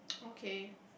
okay